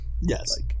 Yes